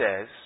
says